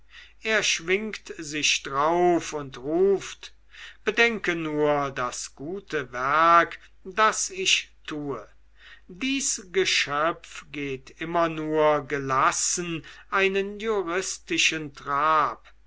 er schwingt sich drauf und ruft bedenke nur das gute werk das ich tue dies geschöpf geht immer nur gelassen einen juristischen trab